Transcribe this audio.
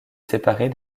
séparer